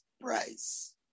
price